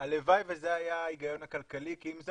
הלוואי וזה היה ההיגיון הכלכלי כי אם זה